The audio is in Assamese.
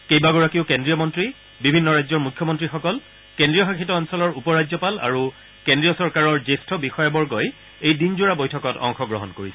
কেইবাগৰাকীও কেন্দ্ৰীয় মন্ত্ৰী বিভিন্ন ৰাজ্য মুখ্যমন্ত্ৰীসকল কেন্দ্ৰীয় শাসিত অঞ্চলৰ উপ ৰাজ্যপাল আৰু কেন্দ্ৰীয় চৰকাৰৰ জ্যেষ্ঠ বিষয়াবৰ্গই এই দিনজোৰা বৈঠকত অংশগ্ৰহণকৰিছে